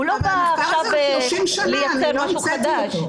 הוא לא בא לייצר משהו חדש.